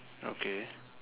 okay